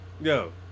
Yo